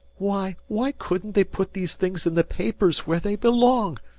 why why couldn't they put these things in the papers, where they belong?